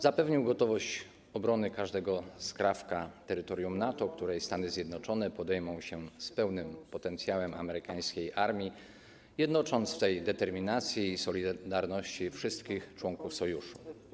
Zapewnił gotowość obrony każdego skrawka terytorium NATO, której Stany Zjednoczone podejmą się z pełnym potencjałem amerykańskiej armii, jednocząc w tej determinacji i solidarności wszystkich członków Sojuszu.